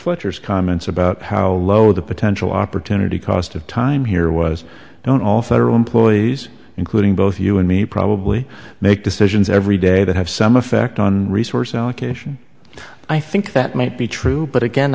fletcher's comments about how low the potential opportunity cost of time here was known all federal employees including both you and me probably make decisions every day that have some effect on resource allocation i think that might be true but again